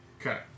Okay